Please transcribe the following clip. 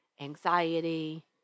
anxiety